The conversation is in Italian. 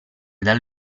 dal